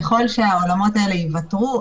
ככל שהעולמות האלה ייוותרו,